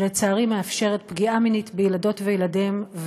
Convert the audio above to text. שלצערי מאפשרת פגיעה מינית בילדות וילדים,